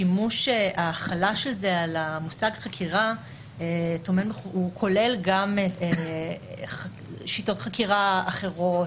ההחלה של זה על המושג חקירה כולל גם שיטות חקירה אחרות,